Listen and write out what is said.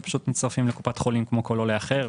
פשוט מצטרפים לקופת חולים כמו כל עולה אחר.